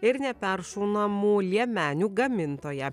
ir neperšaunamų liemenių gamintoją